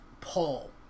pull